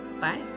bye